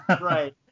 Right